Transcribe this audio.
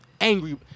Angry